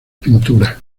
pinturas